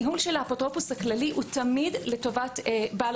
ניהול האפוטרופוס הכללי הוא תמיד לטובת בעל